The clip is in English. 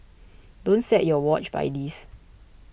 don't set your watch by this